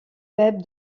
web